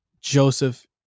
joseph